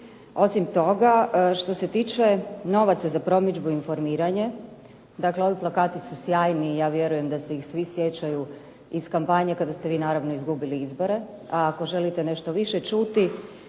Osim toga, što se tiče novaca za promidžbu i informiranje, dakle ovi plakati su sjajni i ja vjerujem da ih se svi sjećaju iz kampanje kada ste vi naravno izgubili izbore, a ako želite nešto više čuti